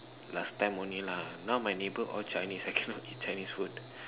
last time only lah now my neighbours all chinese I cannot eat chinese food